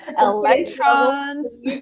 electrons